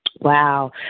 wow